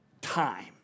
Time